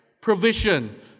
provision